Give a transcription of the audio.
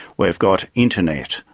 we've got internet.